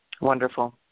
Wonderful